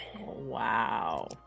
Wow